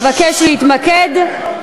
אבקש להתמקד,